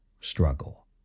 struggle